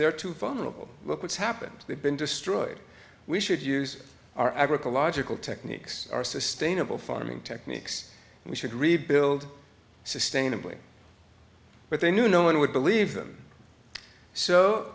they're too final look what's happened they've been destroyed we should use our agricole logical techniques are sustainable farming techniques and we should rebuild sustainably but they knew no one would believe them so